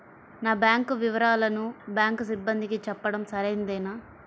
నా బ్యాంకు వివరాలను బ్యాంకు సిబ్బందికి చెప్పడం సరైందేనా?